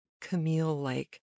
Camille-like